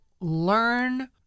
learn